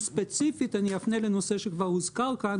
ספציפית אפנה לנושא שכבר הוזכר כאן,